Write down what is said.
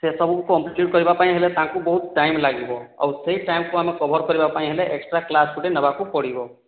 ସେସବୁ କମ୍ପ୍ଲିଟ୍ କରିବା ପାଇଁ ହେଲେ ତାଙ୍କୁ ବହୁତ ଟାଇମ୍ ଲାଗିବ ଆଉ ସେହି ଟାଇମ୍କୁ ଆମେ କଭର୍ କରିବା ପାଇଁ ହେଲେ ଏକ୍ସଟ୍ରା କ୍ଲାସ୍ ଗୋଟେ ନେବାକୁ ପଡ଼ିବ